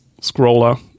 scroller